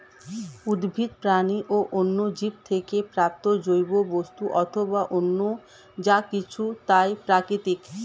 উদ্ভিদ, প্রাণী ও অন্যান্য জীব থেকে প্রাপ্ত জৈব বস্তু অথবা অন্য যা কিছু তাই প্রাকৃতিক